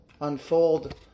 unfold